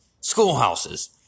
Schoolhouses